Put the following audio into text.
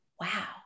wow